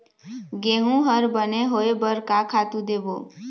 गेहूं हर बने होय बर का खातू देबो?